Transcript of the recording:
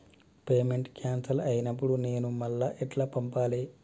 Payment cancel అయినపుడు నేను మళ్ళా ఎట్ల పంపాలే?